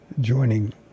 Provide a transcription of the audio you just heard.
joining